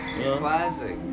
classic